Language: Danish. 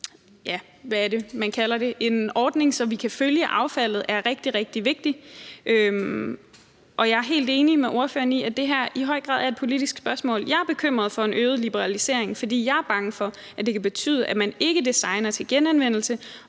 Folkeparti kom med, om en ordning, som gør, at vi kan følge affaldet, er rigtig, rigtig vigtigt. Jeg er helt enig med ordføreren i, at det her i høj grad er et politisk spørgsmål. Jeg er bekymret for en øget liberalisering, fordi jeg er bange for, at det kan betyde, at man ikke designer til genanvendelse,